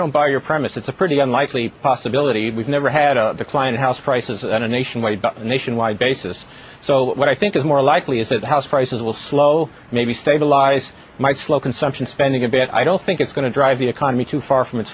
don't buy your premise it's a pretty unlikely possibility we've never had a decline in house prices on a nationwide but nationwide basis so what i think is more likely is that house prices will slow maybe stabilize might slow consumption spending a bit i don't think it's going to drive the economy too far from it